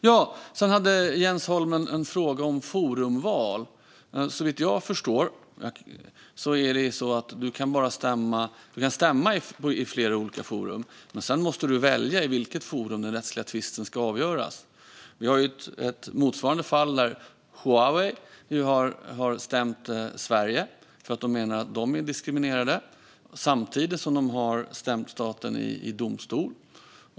Jens Holm hade en fråga om forumval. Såvitt jag förstår kan man visserligen stämma någon i olika forum, men sedan måste man välja i vilket forum den rättsliga tvisten ska avgöras. Vi har ett motsvarande fall där Huawei har stämt Sverige då de menar att de är diskriminerade. Samtidigt har de stämt staten i domstol.